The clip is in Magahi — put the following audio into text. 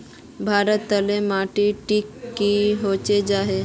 भारत तोत माटित टिक की कोहो जाहा?